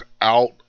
Out